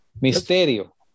misterio